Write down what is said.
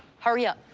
hurry up.